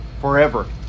forever